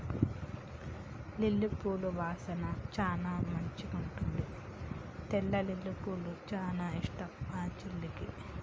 lily పూల వాసన చానా మంచిగుంటది తెల్ల లిల్లీపూలు చానా ఇష్టం మా చెల్లికి